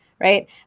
right